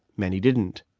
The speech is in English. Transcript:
many didn't.